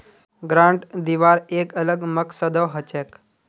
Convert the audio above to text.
grant दिबार एक अलग मकसदो हछेक